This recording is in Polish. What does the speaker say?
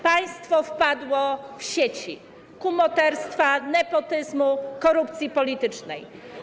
Państwo wpadło w sieci kumoterstwa, nepotyzmu, korupcji politycznej.